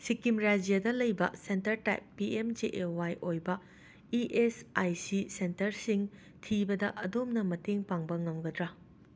ꯁꯤꯀꯤꯝ ꯔꯥꯏꯖ꯭ꯌꯥꯗ ꯂꯩꯕ centre type P M J A Y ꯑꯣꯏꯕ ꯏ ꯑꯦꯁ ꯑꯥꯏ ꯁꯤ ꯁꯦꯟꯇꯔꯁꯤꯡ ꯊꯤꯕꯗ ꯑꯗꯣꯝꯅ ꯃꯇꯦꯡ ꯄꯥꯡꯕ ꯉꯝꯒꯗ꯭ꯔꯥ